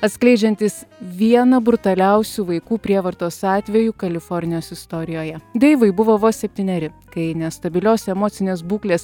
atskleidžiantis vieną brutaliausių vaikų prievartos atvejų kalifornijos istorijoje deivui buvo vos septyneri kai nestabilios emocinės būklės